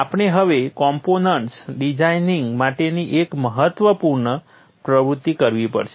આપણે હવે components designing માટેની એક મહત્વપૂર્ણ પ્રવૃત્તિ કરવી પડશે